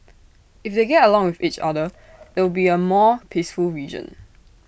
if they get along with each other it'll be A more peaceful region